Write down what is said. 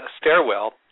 stairwell